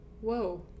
Whoa